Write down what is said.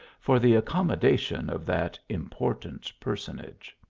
for the accom modation of that important personage.